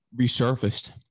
resurfaced